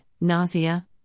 nausea